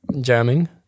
jamming